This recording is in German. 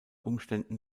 umständen